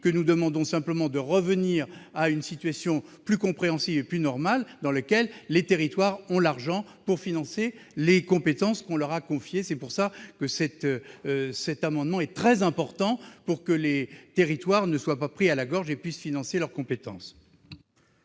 nous demandons de revenir à une situation plus compréhensible et plus normale dans laquelle les territoires ont l'argent pour financer les compétences qui leur ont été confiées. Cet amendement est très important afin que les territoires ne soient pas pris à la gorge et puissent financer leurs compétences